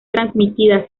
transmitida